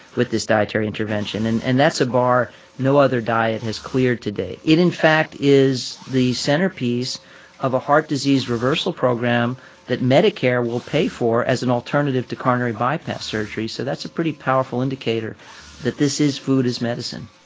with this dietary intervention. and and that's a bar no other diet has cleared today it, in fact, is the centerpiece of a heart disease reversal program that medicare will pay for as an alternative to coronary bypass surgery. so that's a pretty powerful indicator that this is food is medicine